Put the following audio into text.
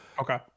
Okay